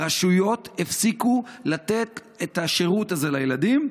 הרשויות הפסיקו לתת את השירות הזה לילדים,